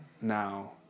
now